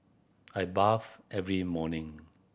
I bathe every morning